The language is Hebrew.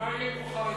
ומה יהיה אם הוא חרדי?